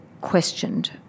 questioned